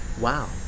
Wow